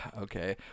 okay